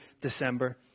December